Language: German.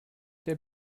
der